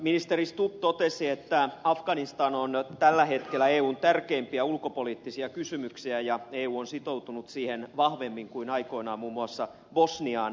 ministeri stubb totesi että afganistan on tällä hetkellä eun tärkeimpiä ulkopoliittisia kysymyksiä ja eu on sitoutunut siihen vahvemmin kuin aikoinaan muun muassa bosniaan